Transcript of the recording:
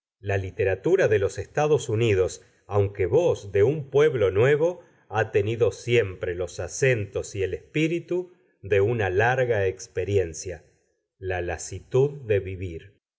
la literatura de los estados unidos aunque voz de un pueblo nuevo ha tenido siempre los acentos y el espíritu de una larga experiencia la lasitud de vivir